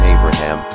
Abraham